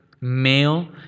male